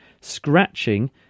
scratching